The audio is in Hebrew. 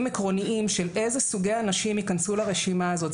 עקרוניים של איזה סוגי אנשים ייכנסו לרשימה הזאת.